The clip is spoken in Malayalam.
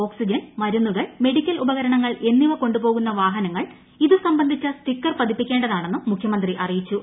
ഓക്സിജൻ മരുന്നുകൾ മെഡിക്കൽ ഉപകരണങ്ങൾ എന്നിവ കൊണ്ടുപോകുന്ന വാഹനങ്ങൾ ഇതു സംബന്ധിച്ച സ്റ്റിക്കർ പതിപ്പിക്കേണ്ടതാ ണെന്നും മുഖൃമന്ത്രി അറിയിച്ചു